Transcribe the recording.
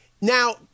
Now